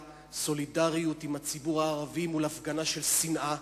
סולידריות עם הציבור הערבי מול הפגנה של שנאה,